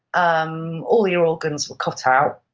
um all your organs were cut out,